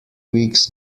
weeks